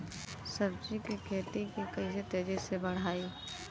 सब्जी के खेती के कइसे तेजी से बढ़ाई?